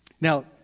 Now